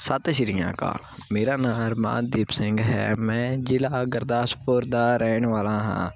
ਸਤਿ ਸ਼੍ਰੀ ਅਕਾਲ ਮੇਰਾ ਅਰਮਾਨਦੀਪ ਸਿੰਘ ਹੈ ਮੈਂ ਜ਼ਿਲ੍ਹਾ ਗੁਰਦਾਸਪੁਰ ਦਾ ਰਹਿਣ ਵਾਲਾ ਹਾਂ